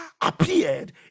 appeared